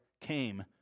came